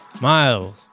miles